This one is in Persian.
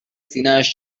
سینهاش